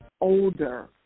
older